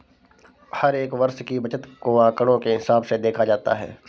हर एक वर्ष की बचत को आंकडों के हिसाब से देखा जाता है